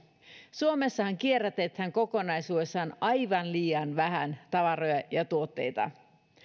suomessahan kierrätetään kokonaisuudessaan aivan liian vähän tavaroita ja tuotteita